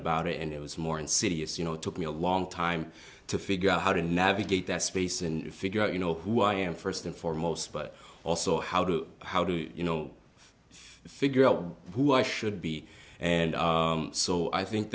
about it and it was more insidious you know it took me a long time to figure out how to navigate that space and figure out you know who i am first and foremost but also how do how do you know figure out who i should be and so i think